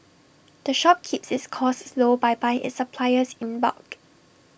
the shop keeps its costs low by buying its supplies in bulk